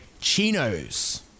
Chinos